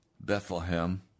Bethlehem